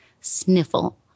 Sniffle